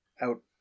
out